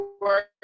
work